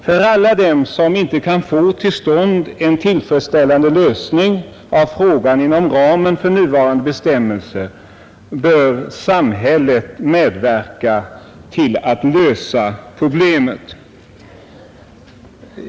För alla dem som inte kan få till stånd en tillfredsställande lösning av frågan inom ramen för nuvarande bestämmelser bör samhället medverka till att lösa problemet.